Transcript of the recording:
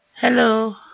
Hello